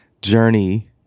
journey